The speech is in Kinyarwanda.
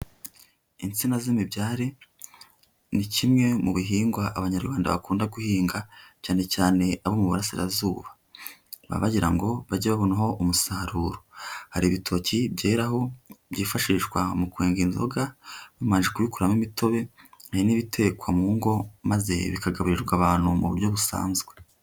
Insina z'imibyari ni kimwe mu bihingwa abanyarwanda bakunda guhinga cyane cyane abo mu burasirazuba bagirango bajye babonaho umusaruro. Hari ibitoki byeraho byifashishwa mu kwenga inzoga bamaze kubikuramo imitobe n'ibitekwa mu ngo maze bikagaburirwa abantu mu buryo busanzwe.